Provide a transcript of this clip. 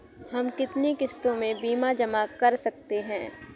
हम कितनी किश्तों में बीमा जमा कर सकते हैं?